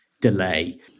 delay